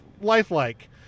lifelike